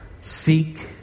seek